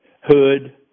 hood